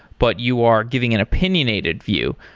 but you are giving an opinionated view.